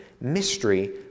Mystery